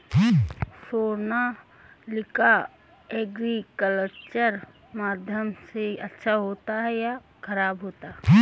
Sonalika agriculture माध्यम से अच्छा होता है या ख़राब होता है?